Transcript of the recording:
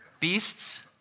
Beasts